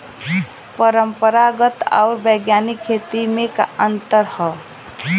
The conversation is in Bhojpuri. परंपरागत आऊर वैज्ञानिक खेती में का अंतर ह?